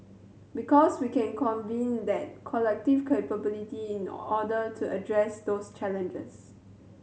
because we can convene that collective capability in order to address those challenges